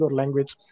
language